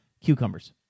cucumbers